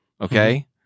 Okay